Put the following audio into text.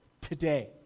Today